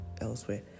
elsewhere